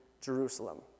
Jerusalem